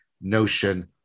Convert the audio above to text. notion